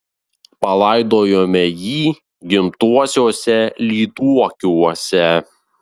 palaidojome jį gimtuosiuose lyduokiuose